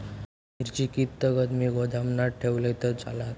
मिरची कीततागत मी गोदामात ठेवलंय तर चालात?